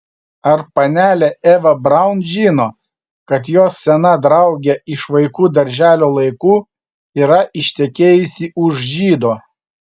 ar panelė eva braun žino kad jos sena draugė iš vaikų darželio laikų yra ištekėjusi už žydo